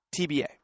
TBA